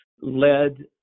led